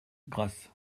grasse